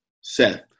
Seth